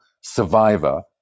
survivor